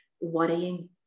worrying